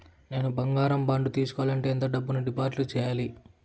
నేను బంగారం బాండు తీసుకోవాలంటే ఎంత డబ్బును డిపాజిట్లు సేయాలి?